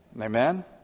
Amen